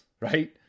Right